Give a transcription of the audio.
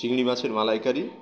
চিংড়ি মাছের মালাইকারি